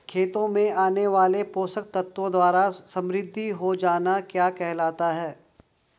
खेतों में आने वाले पोषक तत्वों द्वारा समृद्धि हो जाना क्या कहलाता है?